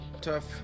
tough